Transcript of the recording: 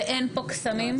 ואין פה קסמים.